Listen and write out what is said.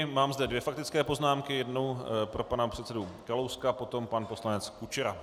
Mám zde dvě faktické poznámky, jednu pro pana předsedu Kalouska, potom pan poslanec Kučera.